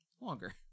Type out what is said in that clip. longer